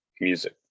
music